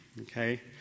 okay